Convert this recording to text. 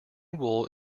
wool